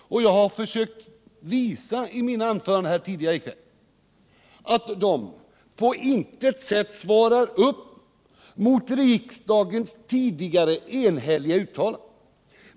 Och jag har försökt att i mina anföranden här tidigare i kväll visa att de på intet sätt svarar upp mot riksdagens enhälliga uttalande tidigare.